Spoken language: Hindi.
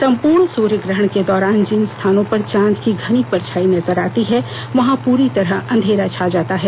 संपूर्ण सूर्य ग्रहण के दौरान जिन स्थानों पर चांद की घनी परछाई नजर आती है वहां पूरी तरह अंधेरा छा जाता है